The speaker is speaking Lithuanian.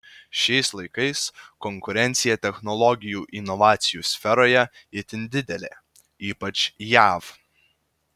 šiais laikais konkurencija technologijų inovacijų sferoje itin didelė ypač jav